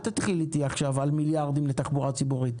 אל תתחיל איתי עכשיו על מיליארדים לתחבורה ציבורית.